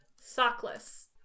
Sockless